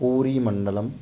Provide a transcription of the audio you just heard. पूरीमण्डलं